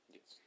Yes